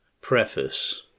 Preface